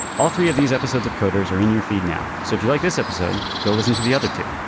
all three of these episodes of coders are in your feed now. so if you like this episode go listen to the other two